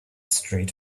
straight